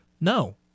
No